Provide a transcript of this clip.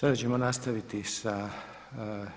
Sada ćemo nastaviti sa